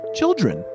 children